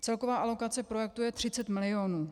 Celková alokace projektu je 30 milionů.